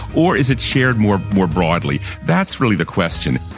or is it shared more more broadly? that's really the question.